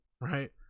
right